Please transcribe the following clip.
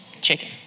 Chicken